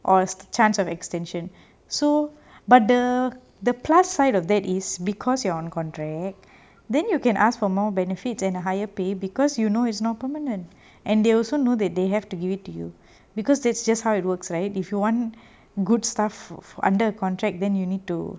or the chance of extension so but the the plus side of that is because you are on contract then you can ask for more benefits and a higher pay because you know is no permanent and they also know that they have to give it to you because that's just how it works right if you want good staff under a contract then you need to